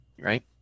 right